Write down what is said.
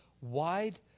wide